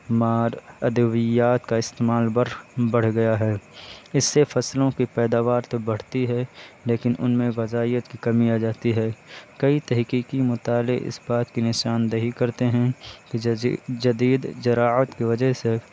مار ادویات کا استعمال بڑھ گیا ہے اس سے فصلوں کی پیداوار تو بڑھتی ہے لیکن ان میں غذائیت کی کمی آ جاتی ہے کئی تحقیقی مطالعے اس بات کی نشان دہی کرتے ہیں کہ جدید زراعت کے وجہ سے